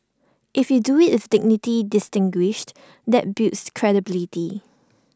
if you do IT with dignity distinguished that builds credibility